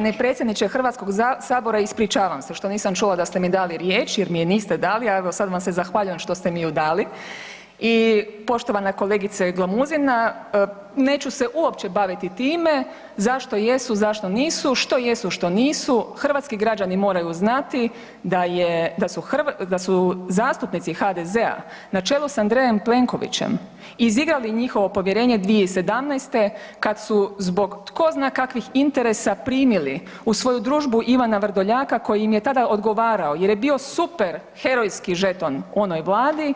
Uvaženi predsjedniče Hrvatskog sabora, ispričavam se što nisam čula da ste mi dali riječ, jer mi je niste dali, a evo sad vam se zahvaljujem što ste mi ju dali i poštovana kolegice Glamuzina neću se uopće baviti time zašto jesu, zašto nisu, što jesu, što nisu, hrvatski građani moraju znati da je, da su zastupnici HDZ-a na čelu s Andrejem Plenkovićem izigrali njihovo povjerenje 2017. kad su zbog zna kakvih interesa primili u svoju družbu Ivana Vrdoljaka koji im je tada odgovarao jer je bio super herojski žeton u onoj vladi,